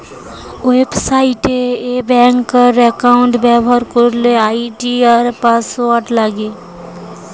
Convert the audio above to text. website এ ব্যাংকার account ব্যবহার করলে আই.ডি আর পাসওয়ার্ড লাগে